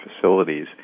facilities